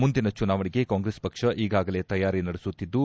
ಮುಂದಿನ ಚುನಾವಣೆಗೆ ಕಾಂಗ್ರೆಸ್ ಪಕ್ಷ ಈಗಾಗಲೇ ತಯಾರಿ ನಡೆಸುತ್ತಿದ್ದು